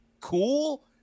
cool